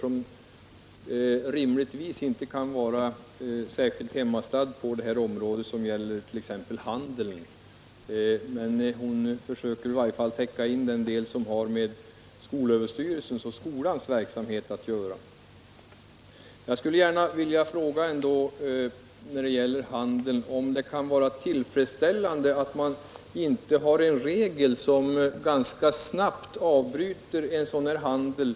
Hon kan rimligtvis inte vara säkert hemmastadd på ett sådant område som t.ex. handeln. Statsrådet Mogård försöker i alla fall täcka in den del som har med skolöverstyrelsen och skolans verksamhet att göra. Jag skulle ändå när det gäller handeln vilja fråga om det kan vara tillfredsställande att man inte har en regel som gör det möjligt att ganska snabbt avbryta en sådan här affärsverksamhet.